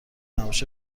نباشه